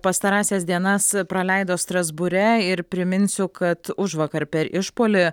pastarąsias dienas praleido strasbūre ir priminsiu kad užvakar per išpuolį